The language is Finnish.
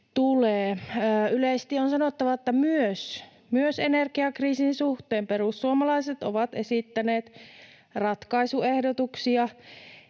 Yleisesti on sanottava, että myös energiakriisin suhteen perussuomalaiset ovat esittäneet ratkaisuehdotuksia